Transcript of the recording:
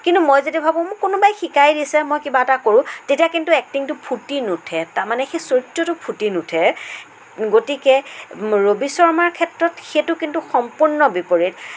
কিন্তু মই যদি ভাবোঁ মোক কোনোবাই শিকাই দিছে মই কিবা এটা কৰোঁ তেতিয়া কিন্তু এক্টিংটো ফুটি নুঠে তাৰ মানে সেই চৰিত্ৰটো ফুটি নুঠে গতিকে বৰি শৰ্মাৰ ক্ষেত্ৰত সেইটো কিন্তু সম্পূৰ্ণ বিপৰীত